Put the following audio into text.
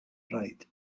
raid